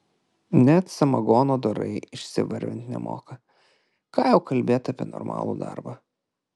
net samagono dorai išsivarvint nemoka ką jau kalbėti apie normalų darbą